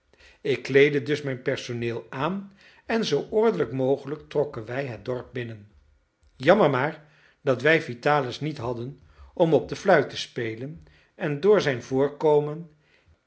ik kleedde dus mijn personeel aan en zoo ordelijk mogelijk trokken wij het dorp binnen jammer maar dat wij vitalis niet hadden om op de fluit te spelen en door zijn voorkomen